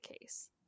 case